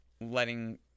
letting